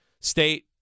State